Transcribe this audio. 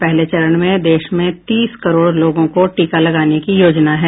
पहले चरण में देश में तीस करोड़ लोगों को टीका लगाने की योजना है